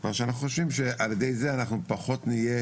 משום שאנחנו חושבים שעל ידי זה אנחנו פחות נהיה